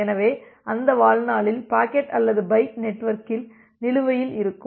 எனவே அந்த வாழ்நாளில் பாக்கெட் அல்லது பைட் நெட்வொர்க்கில் நிலுவையில் இருக்கும்